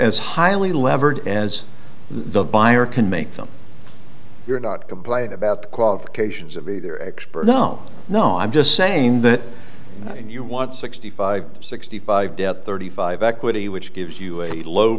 as highly levered as the buyer can make them you're not complaining about the qualifications of either expert no no i'm just saying that you want sixty five sixty five debt thirty five equity which gives you a low